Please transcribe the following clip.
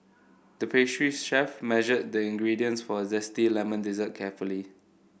the pastry chef measured the ingredients for a zesty lemon dessert carefully